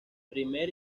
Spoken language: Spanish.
primer